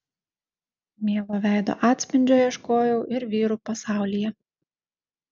mielo veido atspindžio ieškojau ir vyrų pasaulyje